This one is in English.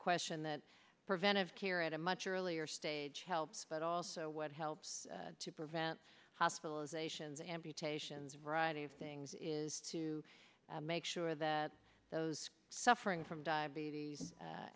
question that preventive care at a much earlier stage helps but also what helps to prevent hospitalizations amputations a variety of things is to make sure that those suffering from diabetes a